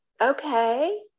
Okay